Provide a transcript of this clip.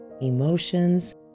emotions